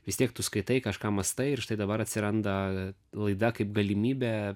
vis tiek tu skaitai kažką mąstai ir štai dabar atsiranda laida kaip galimybė